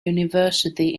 university